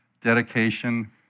dedication